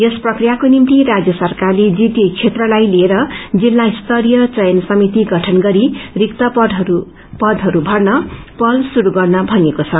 यस प्रक्रियाको निम्ति राज्य सरकारले जीटीए बेत्रलाई लिएर जिल्ला स्तरीय चयन समिति गठन गरी रिक्त पदहरू भर्न पहल शुरू गर्न भनिएको छ